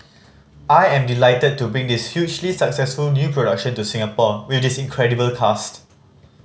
I am delighted to bring this hugely successful new production to Singapore with this incredible cast